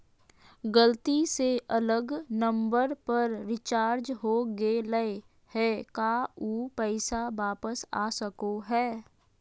गलती से अलग नंबर पर रिचार्ज हो गेलै है का ऊ पैसा वापस आ सको है?